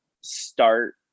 start